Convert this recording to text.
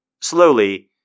Slowly